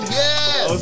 yes